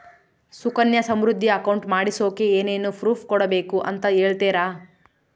Sukanya Samriddhi account ಮಾಡಿಸೋಕೆ ಏನೇನು proof ಕೊಡಬೇಕು ಅಂತ ಹೇಳ್ತೇರಾ?